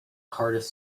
cardiff